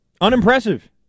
Unimpressive